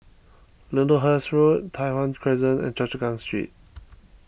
Lyndhurst Road Tai Hwan Crescent and Choa Chu Kang Street